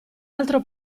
altro